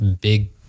big